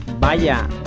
¡Vaya